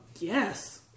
yes